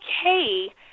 okay